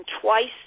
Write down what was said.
twice